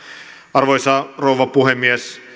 arvoisa rouva puhemies